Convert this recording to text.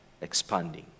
expanding